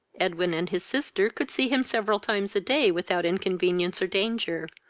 edwin and his sister could see him several times a day without inconvenience or danger,